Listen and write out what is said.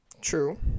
True